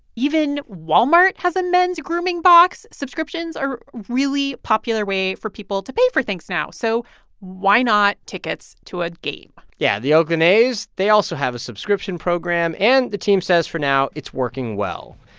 even walmart has a men's grooming box. subscriptions are a really popular way for people to pay for things now, so why not tickets to a game? yeah. the oakland a's, they also have a subscription program. and the team says, for now, it's working well.